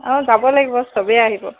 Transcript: অঁ যাব লাগিব চবেই আহিব